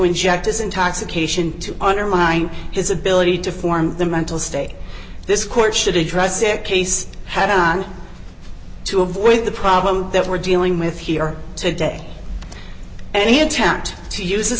this intoxication to undermine his ability to form the mental state this court should address it case had to avoid the problem that we're dealing with here today any attempt to use this